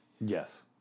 Yes